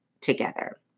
together